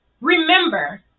Remember